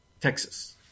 Texas